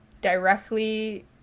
directly